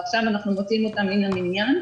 ועכשיו אנחנו מוציאים אותם מין המניין,